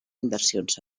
inversions